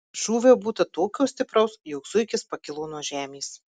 šūvio būta tokio stipraus jog zuikis pakilo nuo žemės